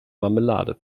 marmelade